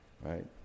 Right